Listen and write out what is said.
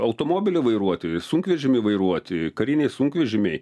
automobilį vairuoti sunkvežimį vairuoti karinį sunkvežimį